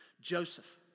Joseph